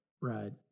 Right